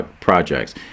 Projects